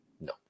No